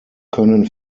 können